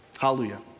Hallelujah